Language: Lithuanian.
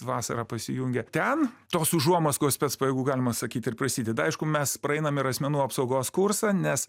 vasarą pasijungė ten tos užuomazgos spec pajėgų galima sakyt ir prasideda aišku mes praeinam ir asmenų apsaugos kursą nes